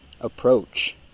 approach